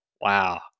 Wow